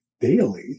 daily